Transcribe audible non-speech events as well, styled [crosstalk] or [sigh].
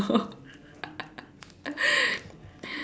[laughs]